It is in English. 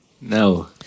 No